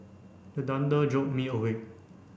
the thunder jolt me awake